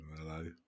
hello